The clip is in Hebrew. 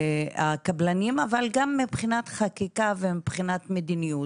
הקבלנים, אבל גם מבחינת חקיקה ומבחינת מדיניות.